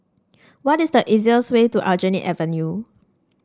what is the easiest way to Aljunied Avenue